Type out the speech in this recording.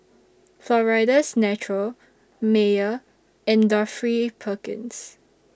Florida's Natural Mayer and Dorothy Perkins